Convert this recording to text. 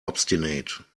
obstinate